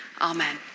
Amen